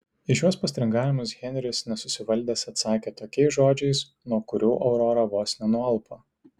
į šiuos postringavimus henris nesusivaldęs atsakė tokiais žodžiais nuo kurių aurora vos nenualpo